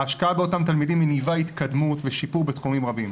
ההשקעה באותם תלמידים מניבה התקדמות ושיפור בתחומים רבים,